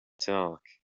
talk